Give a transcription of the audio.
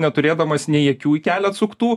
neturėdamas nei akių į kelią atsuktų